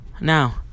Now